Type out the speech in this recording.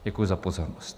Děkuji za pozornost.